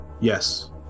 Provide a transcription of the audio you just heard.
yes